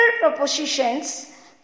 propositions